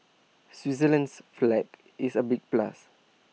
Switzerland's flag is A big plus